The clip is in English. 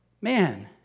man